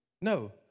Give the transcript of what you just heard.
No